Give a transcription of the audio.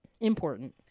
important